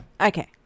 Okay